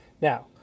Now